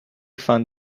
found